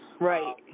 Right